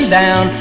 down